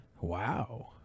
Wow